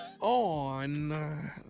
on